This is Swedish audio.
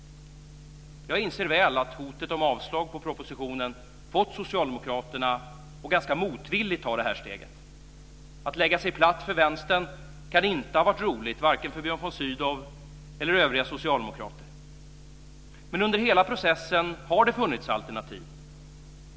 Jag inser väl att hotet om avslag på propositionen fått socialdemokraterna att ganska motvilligt ta detta steg. Att lägga sig platt för Vänstern kan inte ha varit roligt vare sig för Björn von Sydow eller övriga socialdemokrater. Men under hela processen har det funnits alternativ.